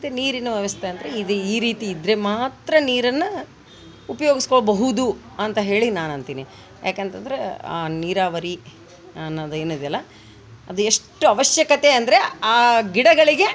ಮತ್ತೆ ನೀರಿನ ವ್ಯವಸ್ಥೆ ಅಂತೂ ಇದು ಈ ರೀತಿ ಇದ್ರೆ ಮಾತ್ರ ನೀರನ್ನು ಉಪಯೋಗಿಸ್ಕೋಬಹುದು ಅಂತ ಹೇಳಿ ನಾನು ಅಂತೀನಿ ಯಾಕೆಂತಂದ್ರೆ ಆ ನೀರಾವರಿ ಅನ್ನೋದು ಏನಿದೆ ಅಲ್ಲ ಅದು ಎಷ್ಟು ಅವಶ್ಯಕತೆ ಅಂದರೆ ಆ ಗಿಡಗಳಿಗೆ